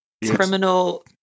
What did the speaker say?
criminal